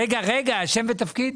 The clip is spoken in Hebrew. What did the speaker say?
רגע, שם ותפקיד?